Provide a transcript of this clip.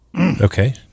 okay